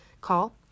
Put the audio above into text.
call